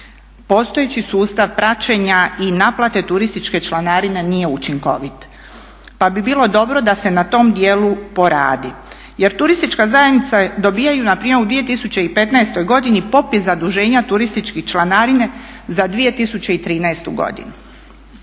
Postojeći sustav praćenja i naplate turističke članarine nije učinkovit. Pa bi bilo dobro da se na tom dijelu poradi. Jer turističke zajednice dobijaju npr. u 2015.godini popis zaduženja turističkih članarina za 2013.godinu,